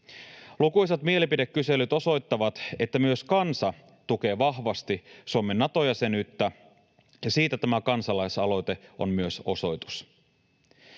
Lukuisat mielipidekyselyt osoittavat, että myös kansa tukee vahvasti Suomen Nato-jäsenyyttä, ja siitä tämä kansalaisaloite on myös osoitus.